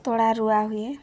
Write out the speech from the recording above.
ତଳା ରୁଆ ହୁଏ